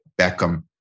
Beckham